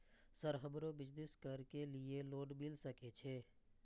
Sir हमरो business करके ली ये लोन मिल सके छे?